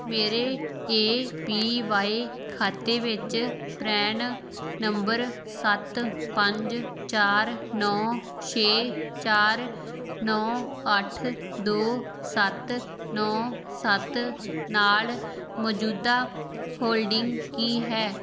ਮੇਰੇ A P Y ਖਾਤੇ ਵਿੱਚ ਪ੍ਰੈਨ ਨੰਬਰ ਸੱਤ ਪੰਜ ਚਾਰ ਨੌਂ ਛੇ ਚਾਰ ਨੌਂ ਅੱਠ ਦੋ ਸੱਤ ਨੌਂ ਸੱਤ ਨਾਲ ਮੌਜੂਦਾ ਹੋਲਡਿੰਗ ਕੀ ਹੈ